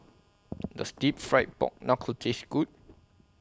Does Deep Fried Pork Knuckle Taste Good